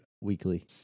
weekly